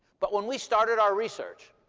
but when we started our research